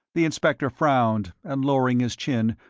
the inspector frowned, and lowering his chin,